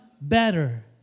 better